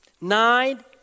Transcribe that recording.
Nine